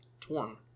torn